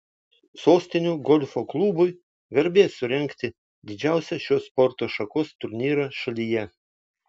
sostinių golfo klubui garbė surengti didžiausią šios sporto šakos turnyrą šalyje